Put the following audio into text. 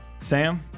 Sam